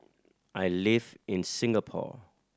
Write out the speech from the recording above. I live in Singapore